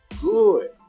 good